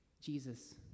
jesus